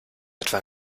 etwa